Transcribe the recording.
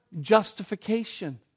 justification